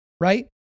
right